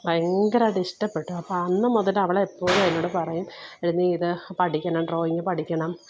ഭയങ്കരമായിട്ട് ഇഷ്ടപ്പെട്ടു അപ്പോൾ അന്നുമുതൽ അവൾ എപ്പോഴും എന്നോടു പറയും എടി നീ ഇതു പഠിക്കണം കേട്ടോ ഇനി പഠിക്കണം